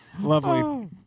lovely